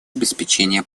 обеспечения